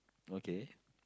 okay